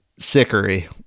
Sickery